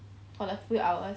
for a few hours